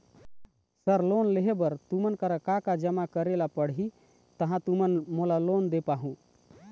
Sir loan लेहे बर तुमन करा का का जमा करें ला पड़ही तहाँ तुमन मोला लोन दे पाहुं?